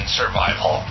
survival